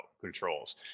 controls